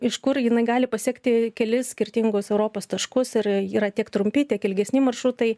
iš kur jinai gali pasiekti kelis skirtingus europos taškus ir yra tiek trumpi tiek ilgesni maršrutai